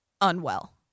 unwell